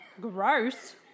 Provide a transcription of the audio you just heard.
Gross